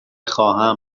خواهم